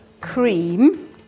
cream